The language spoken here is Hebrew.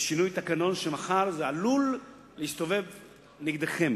בשינוי תקנון, ומחר זה עלול להסתובב נגדכם.